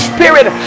Spirit